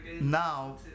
Now